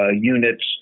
units